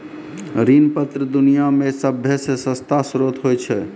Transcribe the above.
ऋण पत्र दुनिया मे सभ्भे से सस्ता श्रोत होय छै